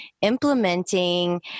implementing